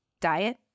Diet